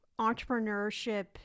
entrepreneurship